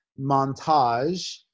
montage